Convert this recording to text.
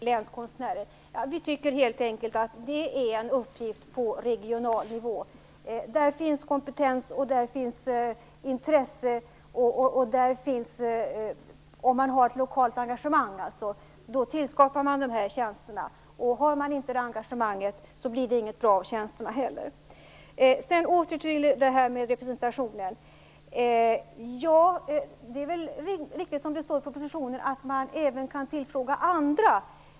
Herr talman! Moderaterna tycker helt enkel att länskonstnärerna är en uppgift på regional nivå. Där finns kompetens och intresse. Om det finns ett lokalt engagemang tillskapar man dessa tjänster. Om inte det engagemanget finns blir det heller inget bra av tjänsterna. Jag återkommer till representationen. Ja, det är väl riktigt som det står i propositionen att man även kan tillfråga andra.